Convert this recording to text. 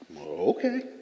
okay